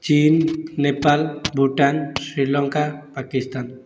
Chin Nepal Bhutan Sri Lanka Pakistan